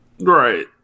Right